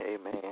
Amen